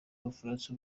ubufaransa